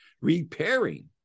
repairing